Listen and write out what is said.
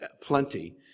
plenty